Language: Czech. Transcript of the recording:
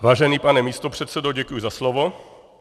Vážený pane místopředsedo, děkuji za slovo.